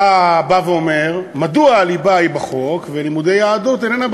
אתה בא ואומר: מדוע הליבה היא בחוק ולימודי יהדות אינם בחוק?